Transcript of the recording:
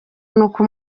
n’uko